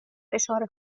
فشار